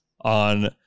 on